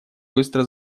быстро